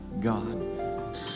God